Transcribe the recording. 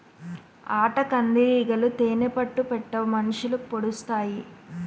ఆటకందిరీగలు తేనే పట్టు పెట్టవు మనుషులకి పొడిసెత్తాయి